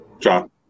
John